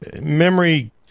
memory